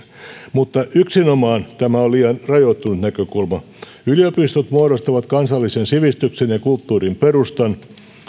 mutta yksinomaan tämä on liian rajoittunut näkökulma yliopistot muodostavat kansallisen sivistyksen ja kulttuurin perustan